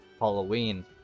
Halloween